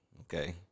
Okay